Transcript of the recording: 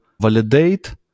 validate